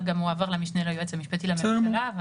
גם הועבר למשנה ליועץ המשפטי לממשלה.